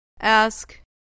Ask